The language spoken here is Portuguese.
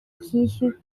feitiço